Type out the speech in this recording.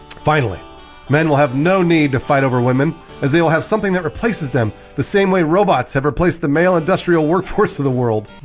finally men will have no need to fight over women as they will have something that replaces them the same way robots have replaced the male industrial workforce of the world